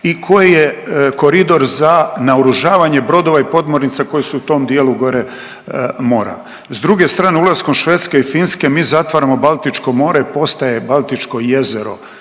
i koji je koridor za naoružavanje brodova i podmornica koje su u tom dijelu gore mora. S druge strane ulaskom Švedske i Finske mi zatvaramo Baltičko more, postaje baltičko jezero